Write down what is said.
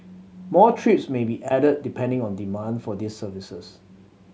more trips may be added depending on demand for these services